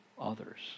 others